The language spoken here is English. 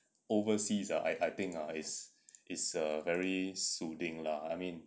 overseas ah I I think ah is is a very soothing lah I mean